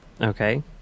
okay